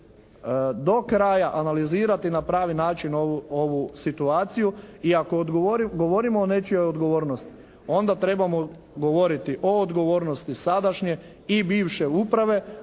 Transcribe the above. do kraja analizirati i na pravi način ovu situaciju i ako govorimo o nečijoj odgovornosti onda trebamo govoriti o odgovornosti sadašnje i bivše uprave,